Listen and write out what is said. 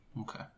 Okay